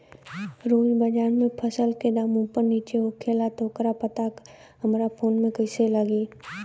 रोज़ बाज़ार मे फसल के दाम ऊपर नीचे होखेला त ओकर पता हमरा फोन मे कैसे लागी?